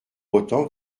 autant